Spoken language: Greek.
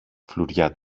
φλουριά